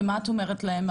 ומה את אומרת להם?